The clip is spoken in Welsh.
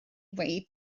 ddweud